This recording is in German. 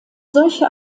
solche